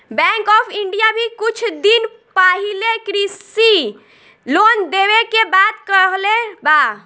bank of India भी कुछ दिन पाहिले कृषि लोन देवे के बात कहले बा